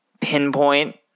pinpoint